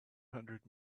hundred